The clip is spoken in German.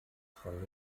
von